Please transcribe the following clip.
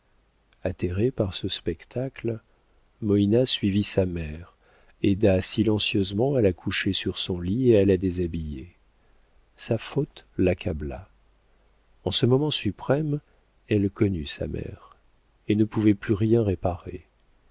atterrée par ce spectacle moïna suivit sa mère aida silencieusement à la coucher sur son lit et à la déshabiller sa faute l'accabla en ce moment suprême elle connut sa mère et ne pouvait plus rien réparer